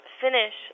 finish